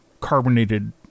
carbonated